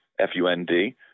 F-U-N-D